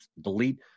Delete